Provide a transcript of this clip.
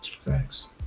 Thanks